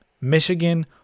Michigan